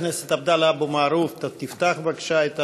אבו מערוף, אתה תפתח את הנאומים.